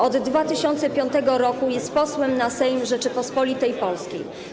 Od 2005 r. jest posłem na Sejm Rzeczypospolitej Polskiej.